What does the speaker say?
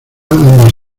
ambas